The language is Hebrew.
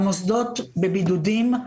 המוסדות בבידודים,